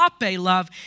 love